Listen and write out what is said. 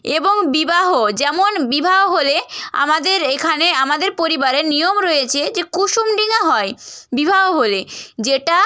এবং বিবাহ যেমন বিবাহ হলে আমাদের এখানে আমাদের পরিবারে নিয়ম রয়েছে যে কুসুম ডিঙা হয় বিবাহ হলে যেটা